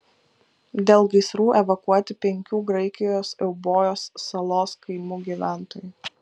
dėl gaisrų evakuoti penkių graikijos eubojos salos kaimų gyventojai